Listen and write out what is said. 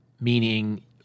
meaning